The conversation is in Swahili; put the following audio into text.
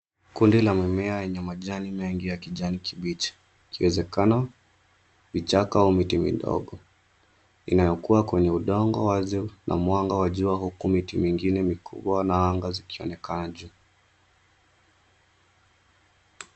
Kundi la mimea yenye majani mengi ya kijani kibichi, ikiwezekana vichaka au miti midogo, inayokuwa kwenye udongo wazi na mwanga wa jua, huku miti mingine mikubwa na anga zikionekana juu.